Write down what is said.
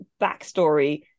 backstory